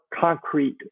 concrete